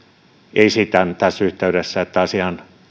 esitän tässä yhteydessä että asian